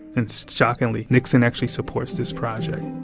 and shockingly, nixon actually supports this project